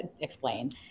explain